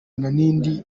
n’indi